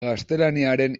gaztelaniaren